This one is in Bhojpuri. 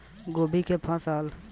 गोभी के फसल काटेला कवन औजार ठीक होई?